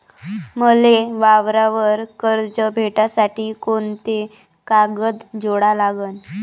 मले वावरावर कर्ज भेटासाठी कोंते कागद जोडा लागन?